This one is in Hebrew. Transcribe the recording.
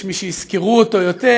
יש מי שיזכרו אותו יותר,